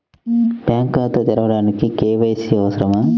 Bank ఖాతా తెరవడానికి KYC అవసరమా?